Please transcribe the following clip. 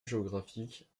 géographique